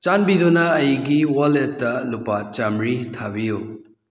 ꯆꯥꯟꯕꯤꯗꯨꯅ ꯑꯩꯒꯤ ꯋꯥꯂꯦꯠꯇ ꯂꯨꯄꯥ ꯆꯃ꯭ꯔꯤ ꯊꯥꯕꯤꯌꯨ